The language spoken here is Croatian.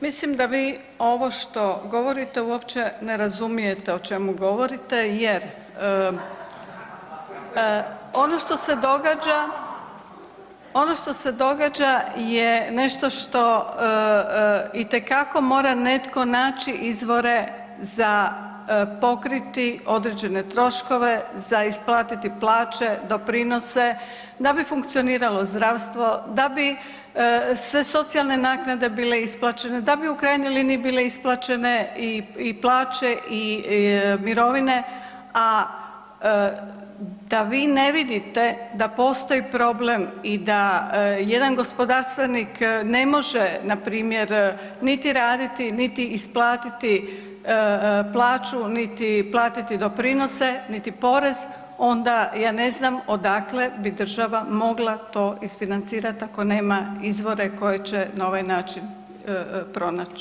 Mislim da vi ovo što govorite uopće ne razumijete o čemu govorite jer ... [[Upadica se ne čuje.]] ono što se događa je itekako mora naći izvore za pokriti određene troškove, za isplatiti plaće, doprinose, da bi funkcioniralo zdravstvo, da bi sve socijalne naknade bile isplaćene, da bi u krajnjoj liniji bile isplaćene i plaće i mirovine, a da vi ne vidite da postoji problem i da jedan gospodarstvenik ne može npr. niti raditi niti isplatiti plaću niti platiti doprinose niti porez, onda ja ne znam odakle bi država mogla to isfinancirati, ako nema izvore koje će na ovaj način pronaći.